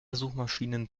suchmaschinen